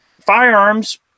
Firearms